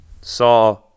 saw